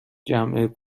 جمع